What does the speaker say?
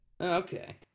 Okay